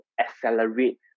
accelerate